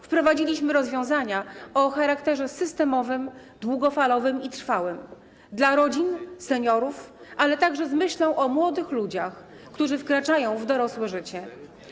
Wprowadziliśmy rozwiązania o charakterze systemowym, długofalowym i trwałym dla rodzin, seniorów, ale także z myślą o młodych ludziach, którzy wkraczają w dorosłe życie.